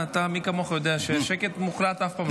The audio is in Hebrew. מי כמוך יודע ששקט מוחלט אף פעם לא יהיה.